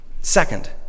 Second